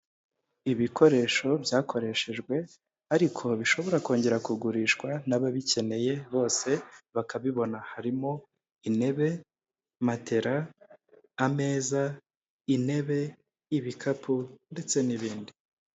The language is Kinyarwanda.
Ibikoresho byakoreshejwe ariko bishobora kongera kugurishwa n'ababikeneye bose bakabibona harimo intebe ,matera ,ameza, intebe, ibikapu ndetse n'ibindi.